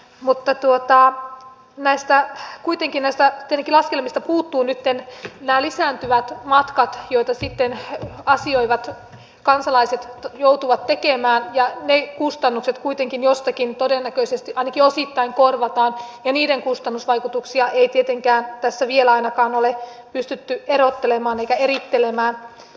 mutta näistä laskelmista kuitenkin puuttuvat nytten nämä lisääntyvät matkat joita sitten asioivat kansalaiset joutuvat tekemään ja ne kustannukset kuitenkin jostakin todennäköisesti ainakin osittain korvataan ja niiden kustannusvaikutuksia ei tietenkään tässä vielä ainakaan ole pystytty erottelemaan eikä erittelemään